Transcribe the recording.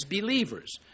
believers